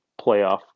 playoff